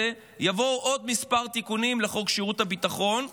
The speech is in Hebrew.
יבואו עוד כמה תיקונים לחוק שירות הביטחון,